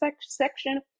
section